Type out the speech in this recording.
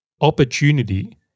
opportunity